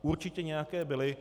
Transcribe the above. Určitě nějaké byly.